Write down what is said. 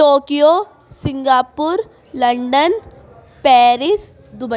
Tokyo Singapore London Paris Dubai